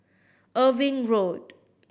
Irving Road